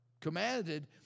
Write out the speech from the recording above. commanded